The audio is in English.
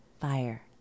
fire